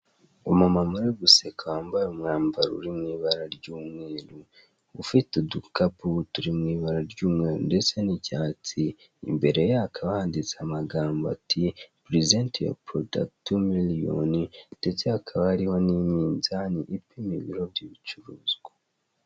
Umumama uri guseka wambaye umwambaro uri mu ibara ry'umweru, ufite udukapu turi mu ibara ry'umweru ndetse n'icyatsi, imbere ye hakaba handitse amagambo ati: "Purizenti yuwa porodakiti tu miriyoni" ndetse hakaba hariho n'iminzani ipima ibiro by'ibicuruzwa.